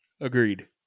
Agreed